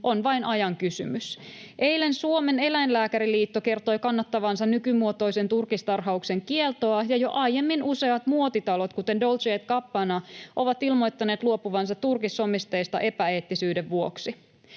on vain ajan kysymys. Eilen Suomen Eläinlääkäriliitto kertoi kannattavansa nykymuotoisen turkistarhauksen kieltoa, ja jo aiemmin useat muotitalot, kuten Dolce & Gabbana, ovat ilmoittaneet luopuvansa turkissomisteista epäeettisyyden vuoksi.